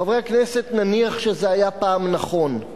חברי הכנסת, נניח שזה היה פעם נכון,